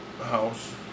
house